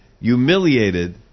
humiliated